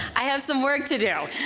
i have some work to do.